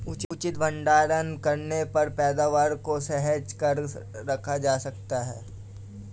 उचित भंडारण करने पर पैदावार को सहेज कर रखा जा सकता है